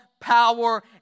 power